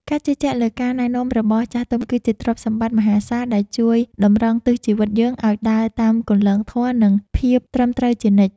ការជឿជាក់លើការណែនាំរបស់ចាស់ទុំ គឺជាទ្រព្យសម្បត្តិមហាសាលដែលជួយតម្រង់ទិសជីវិតយើងឱ្យដើរតាមគន្លងធម៌ និងភាពត្រឹមត្រូវជានិច្ច។